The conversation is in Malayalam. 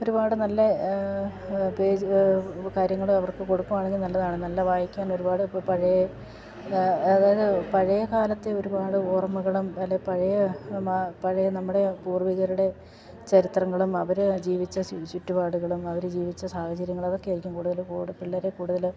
ഒരുപാട് നല്ല പേജ് കാര്യങ്ങൾ അവർക്ക് കൊടുക്കുകയാണെങ്കിൽ നല്ലതാണ് നല്ല വായിക്കാൻ ഒരുപാട് ഇപ്പോൾ പഴയ അതായത് പഴയ കാലത്തെ ഒരുപാട് ഓർമ്മകളും അല്ലെങ്കിൽ പഴയ എന്നാ പഴയ നമ്മുടെ പൂർവ്വികരുടെ ചരിത്രങ്ങളും അവർ ജീവിച്ച ചുറ്റുപാടുകളും അവർ ജീവിച്ച സാഹചര്യങ്ങൾ അതൊക്കെയായിരിക്കും കൂടുതലും പിള്ളേർ കൂടുതൽ